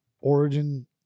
origin